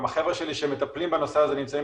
גם החבר'ה שלי שמטפלים בנושא הזה נמצאים